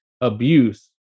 abuse